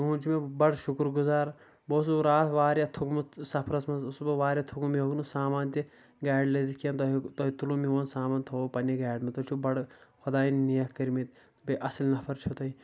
تُہُنٛد چھُ مےٚ بڑٕ شکُر گُزار بہٕ اوسُس راتھ واریاہ تھوٚکمُت سفرس منٛز اوسُس بہٕ واریاہ تھوٚکمُت مےٚ ہٮ۪وٚکھ نہٕ سامان تہِ گاڑِ لٔدِتھ کیںٛہہ توہہِ ہٮ۪وٚکو تۄہہِ تُلوُ میون سامان تھوٚو پننہِ گاڑِ منٛز تُہۍ چھِو بڑٕ خۄداین نیک کٔرۍ مٕتۍ بیٚیہِ اصل نفر چھِو تُہۍ